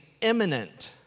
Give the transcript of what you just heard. imminent